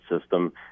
system